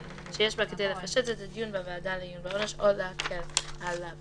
שיש בה כדי לפשט את הדיון בוועדה לעיון בעונש או להקל עליו."